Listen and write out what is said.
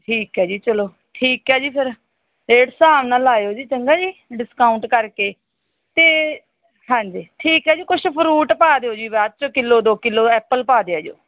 ਠੀਕ ਹੈ ਜੀ ਚਲੋ ਠੀਕ ਹੈ ਜੀ ਫਿਰ ਰੇਟ ਹਿਸਾਬ ਨਾਲ ਲਾਇਓ ਜੀ ਚੰਗਾ ਜੀ ਡਿਸਕਾਊਂਟ ਕਰਕੇ ਅਤੇ ਹਾਂਜੀ ਠੀਕ ਹੈ ਜੀ ਕੁਛ ਫਰੂਟ ਪਾ ਦਿਓ ਜੀ ਬਾਅਦ 'ਚ ਕਿਲੋ ਦੋ ਕਿਲੋ ਐੱਪਲ ਪਾ ਦਿਆ ਜੋ